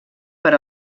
per